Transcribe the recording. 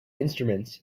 instruments